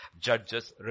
judges